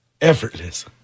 effortless